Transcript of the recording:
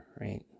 right